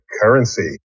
currency